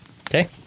Okay